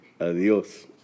Adios